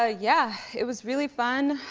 ah yeah, it was really fun.